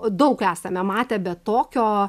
daug esame matę bet tokio